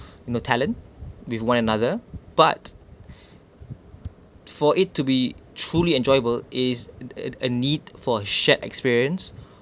in the talent with one another but for it to be truly enjoyable is uh uh a need for shared experience